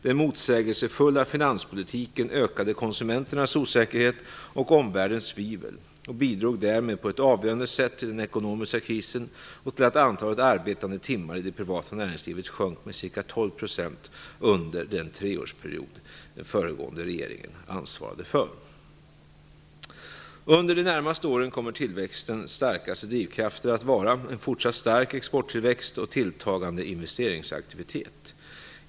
Den motsägelsefulla finanspolitiken ökade konsumenternas osäkerhet och omvärldens tvivel, och bidrog därmed på ett avgörande sätt till den ekonomiska krisen och till att antalet arbetade timmar i det privata näringslivet sjönk med ca 12 % under den treårsperiod som den föregående regeringen ansvarade för. Under de närmaste åren kommer tillväxtens starkaste drivkrafter att vara en fortsatt stark exporttillväxt och tilltagande investeringsaktivitet.